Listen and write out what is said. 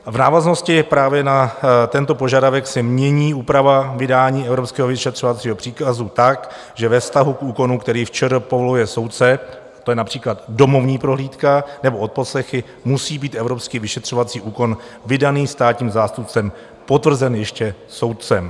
V návaznosti právě na tento požadavek se mění úprava vydání evropského vyšetřovacího příkazu tak, že ve vztahu k úkonu, který v ČR povoluje soudce to je například domovní prohlídka nebo odposlechy musí být evropský vyšetřovací úkon vydaný státním zástupcem potvrzen ještě soudcem.